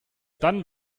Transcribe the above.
dann